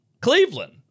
Cleveland